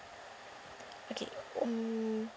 okay mm